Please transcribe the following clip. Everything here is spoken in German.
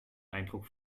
eindruck